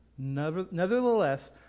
nevertheless